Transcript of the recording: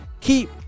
keep